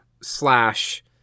slash